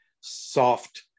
soft